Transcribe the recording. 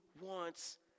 wants